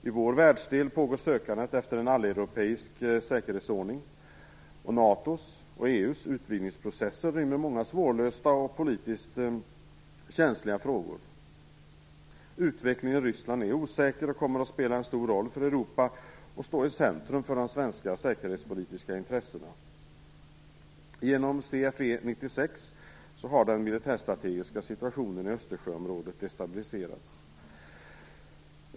I vår världsdel pågår sökandet efter en alleuropeisk säkerhetsordning, och NATO:s och EU:s utvidningsprocesser rymmer många svårlösta och politiskt känsliga frågor. Utvecklingen i Ryssland är osäker och kommer att spela en stor roll för Europa och står i centrum för de svenska säkerhetspolitiska intressena. Genom CFE 96 har den militärstrategiska situationen i Östersjöområdet destabiliserats.